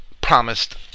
promised